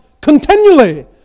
continually